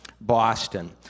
Boston